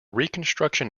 reconstruction